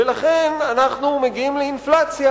ולכן אנחנו מגיעים לאינפלציה,